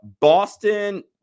boston